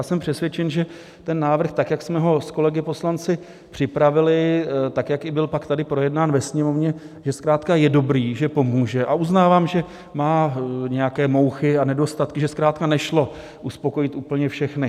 Jsem přesvědčen, že ten návrh, jak jsme ho s kolegy poslanci připravili a jak byl i tady projednán ve Sněmovně, zkrátka je dobrý, že pomůže, a uznávám, že má nějaké mouchy a nedostatky, že zkrátka nešlo uspokojit úplně všechny.